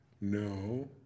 No